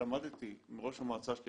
שלמדתי מראש המועצה שלי,